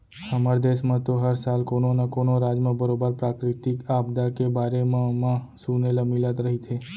हमर देस म तो हर साल कोनो न कोनो राज म बरोबर प्राकृतिक आपदा के बारे म म सुने ल मिलत रहिथे